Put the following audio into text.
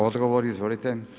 Odgovor, izvolite.